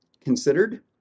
considered